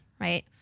right